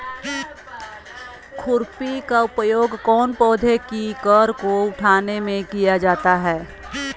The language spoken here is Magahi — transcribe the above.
खुरपी का उपयोग कौन पौधे की कर को उठाने में किया जाता है?